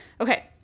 Okay